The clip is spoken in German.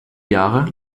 jahre